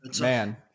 Man